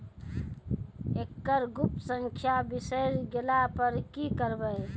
एकरऽ गुप्त संख्या बिसैर गेला पर की करवै?